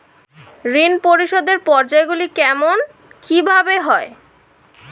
ঋণ পরিশোধের পর্যায়গুলি কেমন কিভাবে হয়?